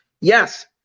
yes